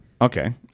Okay